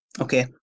Okay